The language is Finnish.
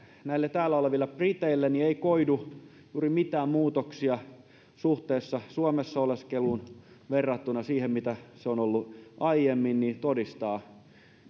näille täällä oleville briteille ei koidu juuri mitään muutoksia suomessa oleskeluun verrattuna siihen mitä se on ollut aiemmin todistaa